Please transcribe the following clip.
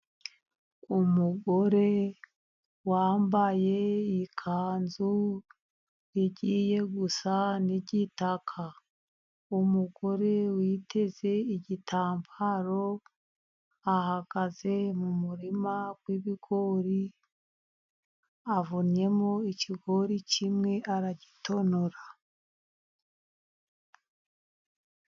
Umugore wambaye ikanzu igiye gusa n'gitaka. Umugore witeze igitambaro, ahagaze mu murima w'ibigori, avunnyemo ikigori kimwe aragitonora.